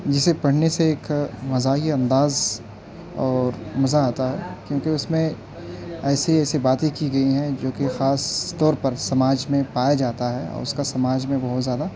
جسے پڑھنے سے ایک مزاحیہ انداز اور مزہ آتا ہے کیونکہ اس میں ایسی ایسی باتیں کی گئی ہیں جو کہ خاص طور پر سماج میں پایا جاتا ہے اور اس کا سماج میں بہت زیادہ